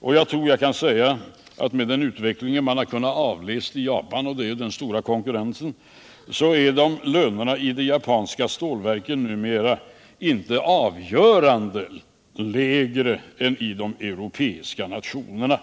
Jag tror jag kan säga att med den utveckling man har kunnat utläsa i Japan — det är den stora konkurrenten — är lönerna ide japanska stålverken numera inte på något avgörande sätt lägre än i de europeiska nationerna.